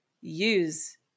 use